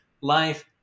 life